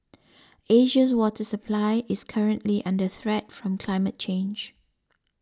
Asia's water supply is currently under threat from climate change